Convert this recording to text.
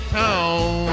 town